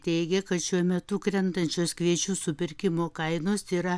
teigia kad šiuo metu krentančios kviečių supirkimo kainos yra